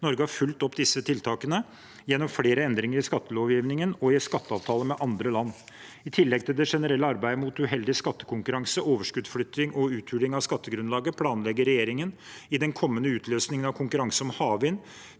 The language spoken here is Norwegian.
Norge har fulgt opp disse tiltakene gjennom flere endringer i skattelovgivningen og i skatteavtaler med andre land. I tillegg til det generelle arbeidet mot uheldig skattekonkurranse, overskuddsflytting og uthuling av skattegrunnlaget planlegger regjeringen, i den kommende utlysningen av konkurranse om havvind,